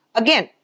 again